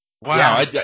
Wow